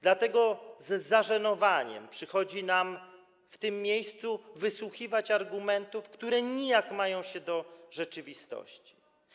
Dlatego z zażenowaniem przychodzi nam w tym miejscu wysłuchiwać argumentów, które nijak mają się do rzeczywistości.